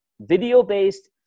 video-based